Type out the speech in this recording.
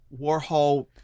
Warhol